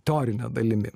teorine dalimi